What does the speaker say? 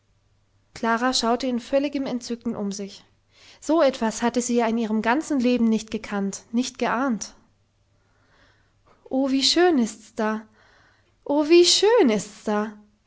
klara schaute in völligem entzücken um sich so etwas hatte sie ja in ihrem ganzen leben nicht gekannt nicht geahnt oh wie schön ist's da oh wie schön ist's da